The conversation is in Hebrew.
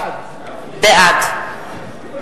נגד איתן